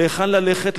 להיכן ללכת,